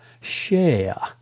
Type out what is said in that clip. share